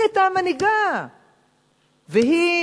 היא היתה המנהיגה והיא